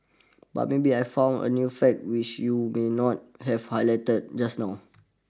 but maybe I found a few fact which you may not have highlighted just now